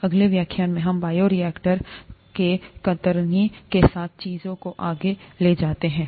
अगले व्याख्यान में हम बायोरिएक्टर के कतरनी के साथ चीजों को आगे ले जाते हैं